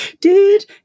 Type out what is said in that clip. Dude